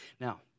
Now